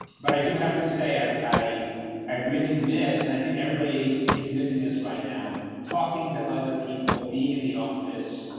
but i do have to say, i i i really miss and i think everybody is missing this right now talking to other people, being in the office,